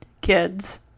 kids